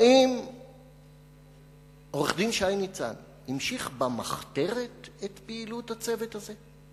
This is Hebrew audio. האם עורך-דין שי ניצן המשיך במחתרת את פעילות הצוות הזה?